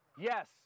yes